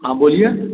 हाँ बोलिए